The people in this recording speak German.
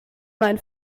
mein